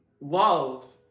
love